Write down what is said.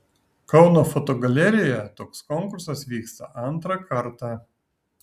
kauno fotogalerijoje toks konkursas vyksta antrą kartą